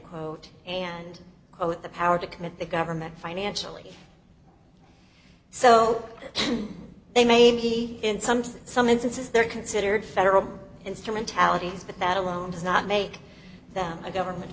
quote and quote the power to commit the government financially so they maybe in some cases some instances they're considered federal instrumentalities but that alone does not make them a government